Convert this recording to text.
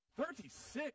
Thirty-six